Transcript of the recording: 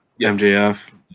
MJF